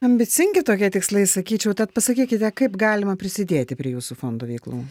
ambicingi tokie tikslai sakyčiau tad pasakykite kaip galima prisidėti prie jūsų fondo veiklų